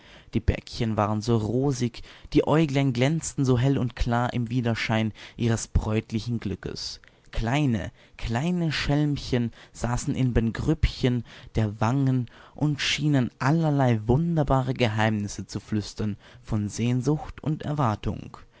die bäckchen waren so rosig die äuglein glänzten so hell und klar im widerschein ihres bräutlichen glückes kleine kleine schelmchen saßen in ben grübchen der wangen und schienen allerlei wunderbare geheimnisse zu flüstern von sehnsucht und erwartung